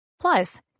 Plus